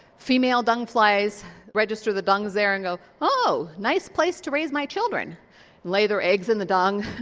female dung flies register the dung is there and go, oh, nice place to raise my children lay their eggs in the dung,